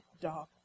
dog